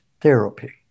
therapy